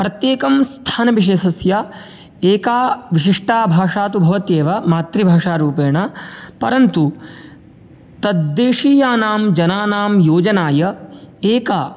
प्रत्येकं स्थानविशेषस्य एका विशिष्टा भाषा तु भवत्येव मातृभाषा रूपेण परन्तु तद्देशीयानां जनानां योजनाय एका